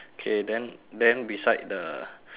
K then then beside the